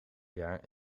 jaar